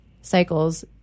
cycles